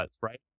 right